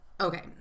Okay